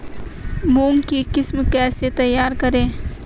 मूंग की किस्म कैसे तैयार करें?